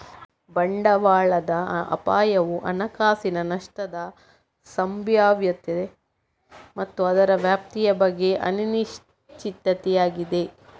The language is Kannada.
ಬಂಡವಾಳದ ಅಪಾಯವು ಹಣಕಾಸಿನ ನಷ್ಟದ ಸಂಭಾವ್ಯತೆ ಮತ್ತು ಅದರ ವ್ಯಾಪ್ತಿಯ ಬಗ್ಗೆ ಅನಿಶ್ಚಿತತೆಯಾಗಿದೆ